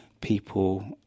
people